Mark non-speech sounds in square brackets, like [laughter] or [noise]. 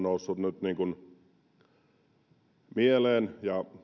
[unintelligible] noussut nyt mieleen